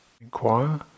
inquire